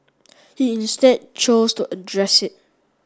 he instead chose to address it